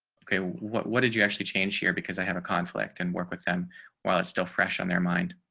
okay, what, what did you actually change here because i have a conflict and work with them while it's still fresh on their mind.